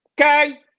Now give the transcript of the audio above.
okay